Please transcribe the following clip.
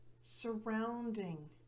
surrounding